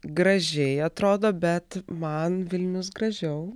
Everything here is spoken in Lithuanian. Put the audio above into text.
gražiai atrodo bet man vilnius gražiau